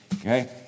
Okay